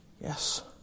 yes